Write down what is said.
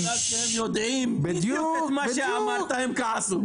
דווקא בגלל שם יודעים בדיוק מה שאמרת הם כעסו.